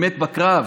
מת בקרב,